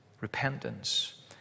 Repentance